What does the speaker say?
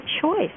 choice